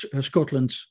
Scotland